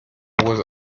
was